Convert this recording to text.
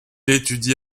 étudie